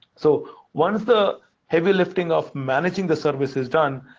so once the heavy lifting of managing the service is done,